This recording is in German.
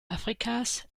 afrikas